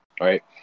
right